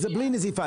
זה בלי נזיפה.